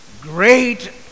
great